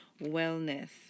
wellness